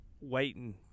waiting